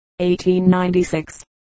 1896